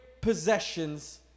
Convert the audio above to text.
possessions